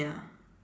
ya